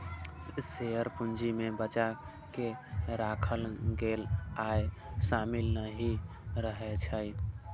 share पूंजी मे बचा कें राखल गेल आय शामिल नहि रहै छै